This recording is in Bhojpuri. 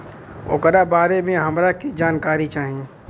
ओकरा बारे मे हमरा के जानकारी चाही?